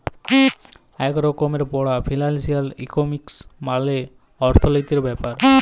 ইক রকমের পড়া ফিলালসিয়াল ইকলমিক্স মালে অথ্থলিতির ব্যাপার